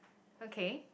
okay